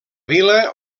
vila